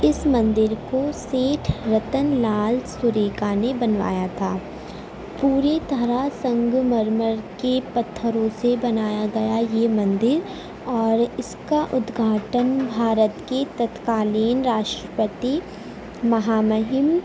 اس مندر کو سیٹھ رتن لال سریکا نے بنوایا تھا پوری طرح سنگ مرمر کے پتھروں سے بنایا گیا یہ مندر اور اس کا ادگھاٹن بھارت کے تتکالین راشٹر پتی مہامہم